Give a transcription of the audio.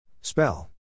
spell